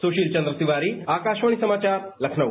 सुशील चन्द्र तिवारी आकाशवाणी समाचार लखनऊ